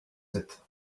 sept